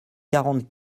quarante